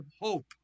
hope